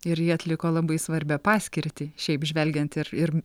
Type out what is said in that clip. ir jie atliko labai svarbią paskirtį šiaip žvelgiant ir ir